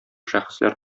шәхесләр